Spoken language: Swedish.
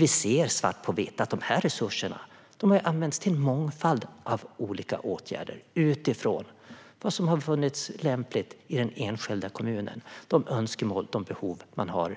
Vi ser svart på vitt att resurserna har använts till en mångfald av olika åtgärder utifrån vad som har befunnits lämpligt i den enskilda kommunen och de önskemål och behov de har